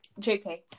JT